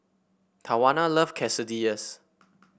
Tawanna love Quesadillas